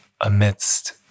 amidst